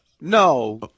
No